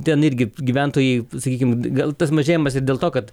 ten irgi gyventojai sakykim gal tas mažėjimas ir dėl to kad